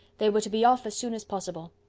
they were to be off as soon as possible.